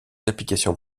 applications